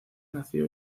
nació